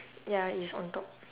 ya it's on top